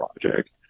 project